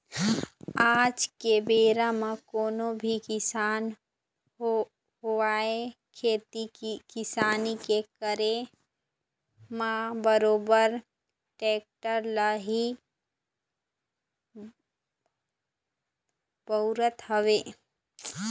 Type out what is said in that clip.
आज के बेरा म कोनो भी किसान होवय खेती किसानी के करे म बरोबर टेक्टर ल ही बउरत हवय